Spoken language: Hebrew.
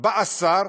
בא השר,